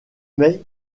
mai